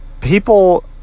people